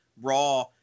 Raw